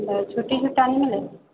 ବାଉଚର୍ଟିକୁ ଟାଣି ମିଳେ